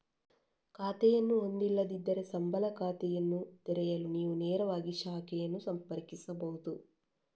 ಖಾತೆಯನ್ನು ಹೊಂದಿಲ್ಲದಿದ್ದರೆ, ಸಂಬಳ ಖಾತೆಯನ್ನು ತೆರೆಯಲು ನೀವು ನೇರವಾಗಿ ಶಾಖೆಯನ್ನು ಸಂಪರ್ಕಿಸಬಹುದು